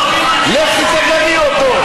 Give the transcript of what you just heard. לכי תגני אותו.